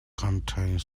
contained